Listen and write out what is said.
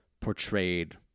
portrayed